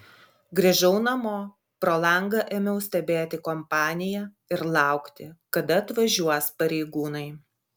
grįžau namo pro langą ėmiau stebėti kompaniją ir laukti kada atvažiuos pareigūnai